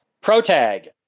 protag